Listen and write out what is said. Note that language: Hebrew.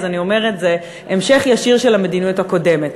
אז אני אומרת: זה המשך ישיר של המדיניות הקודמת.